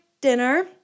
dinner